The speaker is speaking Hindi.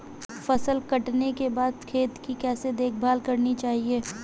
फसल काटने के बाद खेत की कैसे देखभाल करनी चाहिए?